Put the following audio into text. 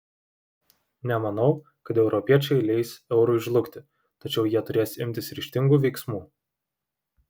nemanau kad europiečiai leis eurui žlugti tačiau jie turės imtis ryžtingų veiksmų